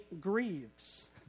grieves